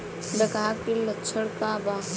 डकहा के लक्षण का वा?